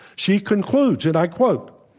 she concludes and i quote,